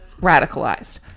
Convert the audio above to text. radicalized